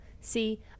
See